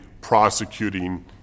prosecuting